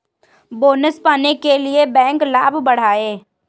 bonus पाने के लिए बैंक लाभ बढ़ाएं